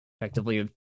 Effectively